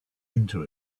into